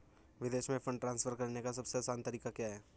विदेश में fund transfer करने का सबसे आसान तरीका क्या है?